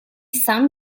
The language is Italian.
san